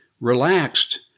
relaxed